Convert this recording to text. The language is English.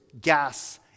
gas